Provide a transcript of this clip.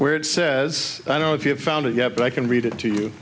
where it says i don't know if you have found it yet but i can read it to